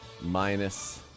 minus